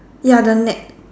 ya the net